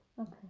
Okay